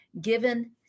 given